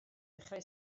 dechrau